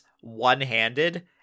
one-handed